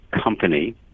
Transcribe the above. company